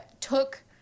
took